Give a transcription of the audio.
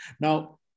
Now